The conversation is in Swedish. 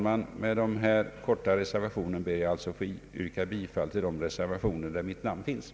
Med dessa ord ber jag att få yrka bifall till de reservationer som jag varit med om att avge.